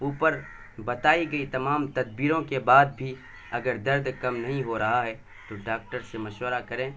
اوپر بتائی گئی تمام تدبیروں کے بعد بھی اگر درد کم نہیں ہو رہا ہے تو ڈاکٹر سے مشورہ کریں